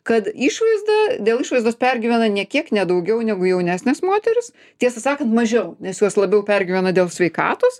kad išvaizda dėl išvaizdos pergyvena nė kiek ne daugiau negu jaunesnės moterys tiesą sakant mažiau nes jos labiau pergyvena dėl sveikatos